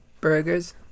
burgers